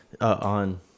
On